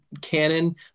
canon